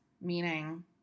meaning